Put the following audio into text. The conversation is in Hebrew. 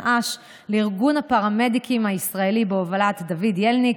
אש ולארגון הפרמדיקים הישראלי בהובלת דוד ילינק,